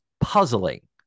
puzzling